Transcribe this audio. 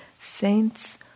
saints